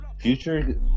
Future